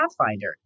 Pathfinder